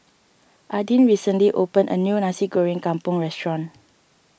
Adin recently opened a new Nasi Goreng Kampung restaurant